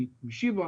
משיבא.